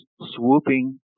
swooping